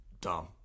dumb